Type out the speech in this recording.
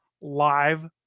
live